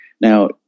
Now